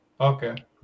Okay